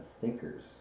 thinker's